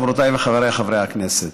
חברותיי וחבריי חברי הכנסת,